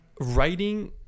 Writing